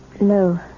No